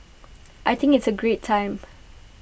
I think it's A great time